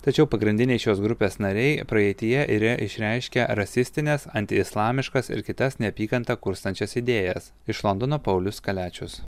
tačiau pagrindiniai šios grupės nariai praeityje yre išreiškę rasistines antislamiškas ir kitas neapykantą kurstančias idėjas iš londono paulius kaliačius